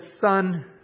son